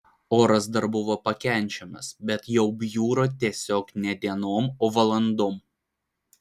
oras dar buvo pakenčiamas bet jau bjuro tiesiog ne dienom o valandom